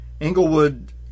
Englewood